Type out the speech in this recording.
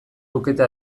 lukete